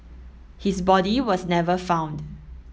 his body was never found